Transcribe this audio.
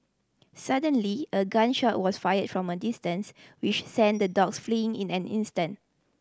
suddenly a gun shot was fired from a distance which sent the dogs fleeing in an instant